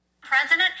President